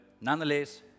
nonetheless